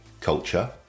culture